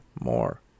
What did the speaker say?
more